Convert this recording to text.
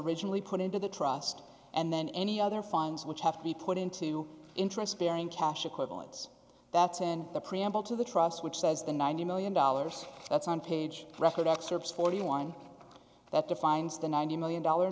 originally put into the trust and then any other funds which have to be put into interest bearing cash equivalents that's in the preamble to the trust which says the ninety million dollars that's on page record excerpts forty one dollars that defines the ninety million dollar